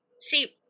See